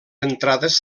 entrades